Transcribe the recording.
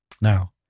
Now